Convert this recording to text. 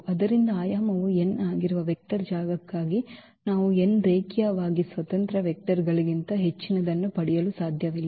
ಆದ್ದರಿಂದ ಆಯಾಮವು n ಆಗಿರುವ ವೆಕ್ಟರ್ ಜಾಗಕ್ಕಾಗಿ ನಾವು n ರೇಖೀಯವಾಗಿ ಸ್ವತಂತ್ರ ವೆಕ್ಟರ್ ಗಳಿಗಿಂತ ಹೆಚ್ಚಿನದನ್ನು ಪಡೆಯಲು ಸಾಧ್ಯವಿಲ್ಲ